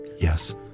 Yes